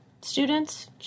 students